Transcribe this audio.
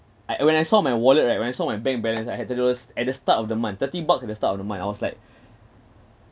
I when I saw my wallet right when I saw my bank balance I had the lowest at the start of the month thirty bucks at the start of the month I was like